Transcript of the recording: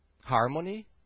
Harmony